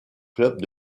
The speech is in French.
clubs